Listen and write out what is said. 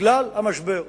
בגלל המשבר.